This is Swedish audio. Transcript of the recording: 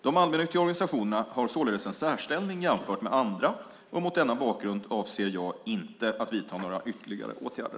De allmännyttiga organisationerna har således en särställning jämfört med andra. Mot denna bakgrund avser jag inte att vidta några ytterligare åtgärder.